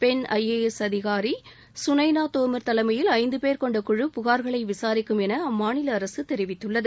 பெண் ஐஏஎஸ் அதிகாரி களைளா தோமர் தலைமையில் ஐந்து பேர் கொண்ட குழு புகார்களை விசாரிக்கும் எள அம்மாநில அரசு தெரிவித்துள்ளது